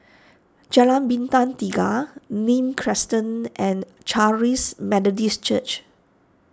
Jalan Bintang Tiga Nim Crescent and Charis Methodist Church